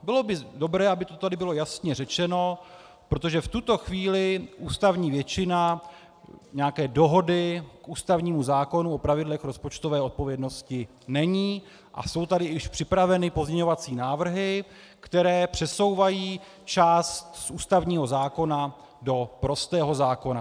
Bylo by dobré, aby to tady bylo jasně řečeno, protože v tuto chvíli ústavní většina nějaké dohody k ústavnímu zákonu o pravidlech v rozpočtové odpovědnosti není a jsou tady již připraveny pozměňovací návrhy, které přesouvají část z ústavního zákona do prostého zákona.